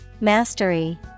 Mastery